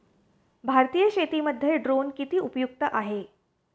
भारतीय शेतीमध्ये ड्रोन किती उपयुक्त आहेत?